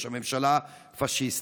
או שהממשלה פשיסטית.